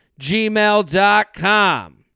gmail.com